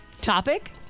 topic